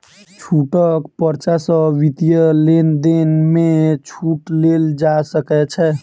छूटक पर्चा सॅ वित्तीय लेन देन में छूट लेल जा सकै छै